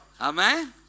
Amen